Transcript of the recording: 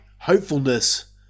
Hopefulness